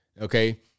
Okay